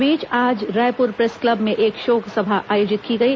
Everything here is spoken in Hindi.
इस बीच आज रायपुर प्रेस क्लव में एक शोक सभा आयोजित की गई